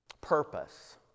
purpose